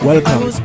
Welcome